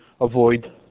avoid